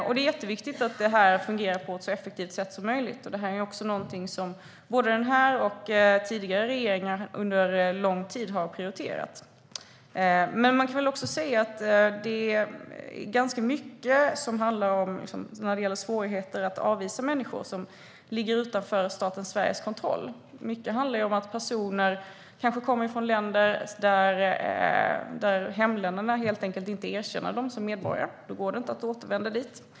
Det är jätteviktigt att det fungerar på ett så effektivt sätt som möjligt. Det här är också någonting som både den här och tidigare regeringar under en lång tid har prioriterat. Men när det gäller svårigheter att avvisa människor är det ganska mycket som ligger utanför staten Sveriges kontroll. Mycket handlar om att personer kanske kommer från länder som helt enkelt inte erkänner dem som medborgare. Då går det inte att återvända dit.